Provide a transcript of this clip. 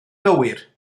gywir